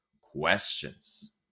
questions